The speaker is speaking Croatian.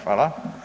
Hvala.